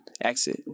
exit